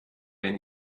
wenn